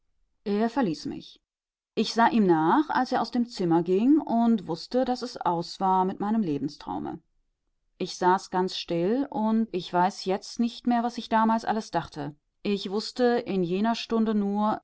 er verließ mich ich sah ihm nach als er aus dem zimmer ging und wußte daß es aus war mit meinem lebenstraume ich saß ganz still und ich weiß jetzt nicht mehr was ich damals alles dachte ich wußte in jener stunde